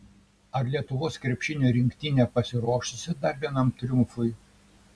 ar lietuvos krepšinio rinktinė pasiruošusi dar vienam triumfui